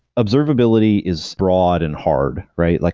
observability is broad and hard, right? like